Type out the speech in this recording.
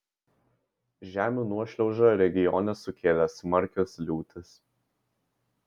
žemių nuošliaužą regione sukėlė smarkios liūtys